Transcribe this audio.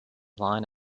line